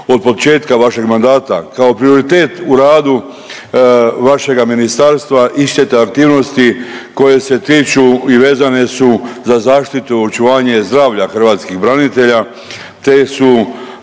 od početka vašeg mandata. Kao prioritet u radu vašega ministarstva ističete aktivnosti koje se tiču i vezane su za zaštitu očuvanje zdravlja hrvatskih branitelja